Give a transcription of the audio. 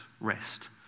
rest